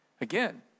Again